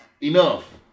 enough